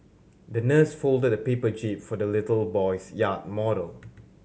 the nurse folded a paper jib for the little boy's yacht model